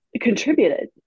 contributed